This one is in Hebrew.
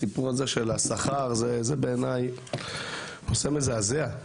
הסיפור הזה של השכר זה בעיניי נושא מזעזע.